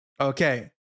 Okay